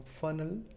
funnel